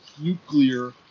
nuclear